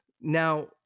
Now